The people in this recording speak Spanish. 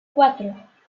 cuatro